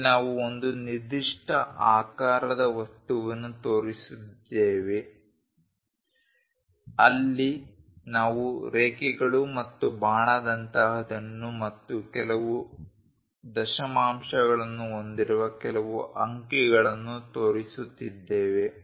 ಇಲ್ಲಿ ನಾವು ಒಂದು ನಿರ್ದಿಷ್ಟ ಆಕಾರದ ವಸ್ತುವನ್ನು ತೋರಿಸುತ್ತಿದ್ದೇವೆ ಅಲ್ಲಿ ನಾವು ರೇಖೆಗಳು ಮತ್ತು ಬಾಣದಂತಹದನ್ನು ಮತ್ತು ಕೆಲವು ದಶಮಾಂಶಗಳನ್ನು ಹೊಂದಿರುವ ಕೆಲವು ಅಂಕಿಗಳನ್ನು ತೋರಿಸುತ್ತಿದ್ದೇವೆ